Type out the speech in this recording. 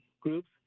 groups